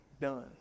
done